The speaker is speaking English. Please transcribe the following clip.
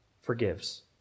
forgives